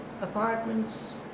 apartments